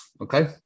Okay